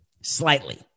slightly